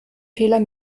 fehler